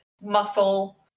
muscle